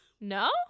No